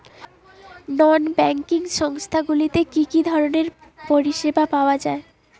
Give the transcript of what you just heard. নন banking সংস্থা গুলিতে কি কি ধরনের পরিসেবা পাওয়া য়ায়?